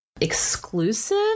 exclusive